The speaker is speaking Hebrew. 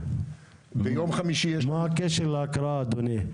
ביום חמישי --- אוקיי, מה הקשר להקראה, אדוני?